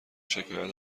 شکایت